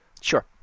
Sure